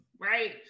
Right